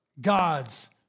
God's